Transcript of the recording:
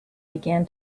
began